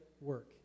work